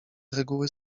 reguły